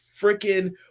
freaking